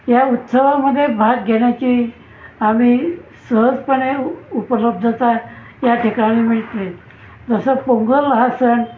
या उत्सवामध्ये भाग घेण्याची आम्ही सहजपणे उपलब्धता या ठिकाणी मिळते जसं पोंगल हा सण